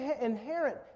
inherent